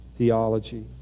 theology